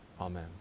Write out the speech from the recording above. Amen